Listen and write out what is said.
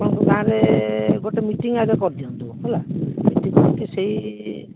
ଆପଣଙ୍କ ଗାଁରେ ଗୋଟେ ମିଟିଂ ଆଗେ କରିଦିଅନ୍ତୁ ହେଲା ମିଟିଂ କରିକି ସେଇ